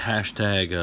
Hashtag